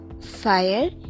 fire